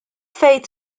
fejn